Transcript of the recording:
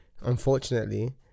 unfortunately